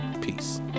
Peace